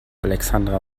alexandra